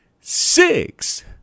six